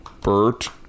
Bert